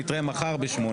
נתראה מחר ב-8:00.